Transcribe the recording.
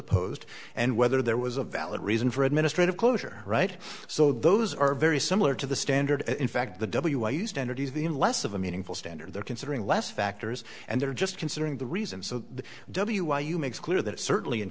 opposed and whether there was a valid reason for administrative closure right so those are very similar to the standard in fact the wy used energies in less of a meaningful standard they're considering less factors and they're just considering the reasons of the w y u makes clear that certainly in